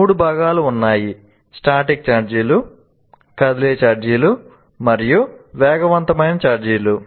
మూడు భాగాలు ఉన్నాయి స్టాటిక్ ఛార్జీలు కదిలే ఛార్జీలు మరియు వేగవంతమైన ఛార్జీలు